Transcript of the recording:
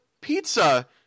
pizza –